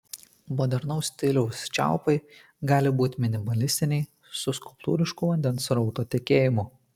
modernaus stiliaus čiaupai gali būti minimalistiniai su skulptūrišku vandens srauto tekėjimu